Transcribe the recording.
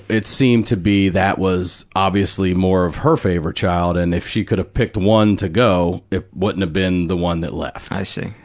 it seemed to be, that was obviously more of her favorite child and if she could have picked one to go, it wouldn't have been the one that left. i see.